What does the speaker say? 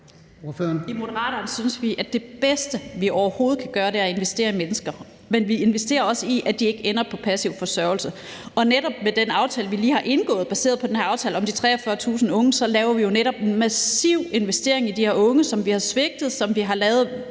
I Moderaterne synes vi, at det bedste, vi overhovedet kan gøre, er at investere i mennesker. Men vi investerer også i, at de ikke ender på passiv forsørgelse. Og netop med den aftale, vi lige har indgået, baseret på den her aftale om de 43.000 unge, laver vi jo en massiv investering i de her unge, som vi har svigtet, og som vi har ladet